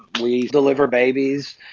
we deliver babies.